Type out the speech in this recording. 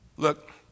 Look